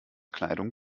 kleidung